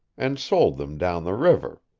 and sold them down the river.